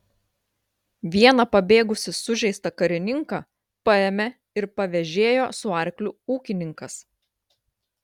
vieną pabėgusį sužeistą karininką paėmė ir pavėžėjo su arkliu ūkininkas